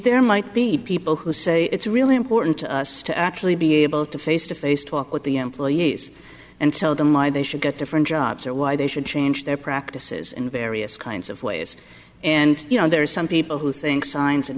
there might be people who say it's really important to actually be able to face to face talk with the employees and tell them why they should get different jobs or why they should change their practices in various kinds of ways and you know there are some people who think signs and